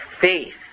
faith